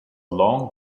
long